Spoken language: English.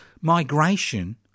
migration